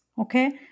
okay